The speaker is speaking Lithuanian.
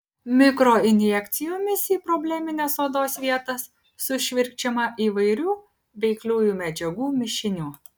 mikroinjekcijomis į problemines odos vietas sušvirkščiama įvairių veikliųjų medžiagų mišinių